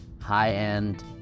high-end